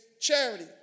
charity